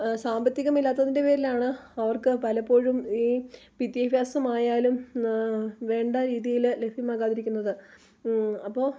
സാമ്പത്തികം ഇല്ലാത്തതിൻ്റെ പേരിലാണ് അവർക്ക് പലപ്പോഴും ഈ വിദ്യാഭ്യാസമായാലും വേണ്ട രീതിയിൽ ലഭ്യമാകാതിരിക്കുന്നത് അപ്പോൾ